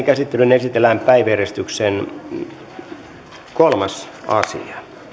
käsittelyyn esitellään päiväjärjestyksen neljäs asia